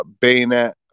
Bayonet